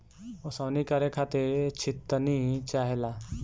ओसवनी करे खातिर छितनी चाहेला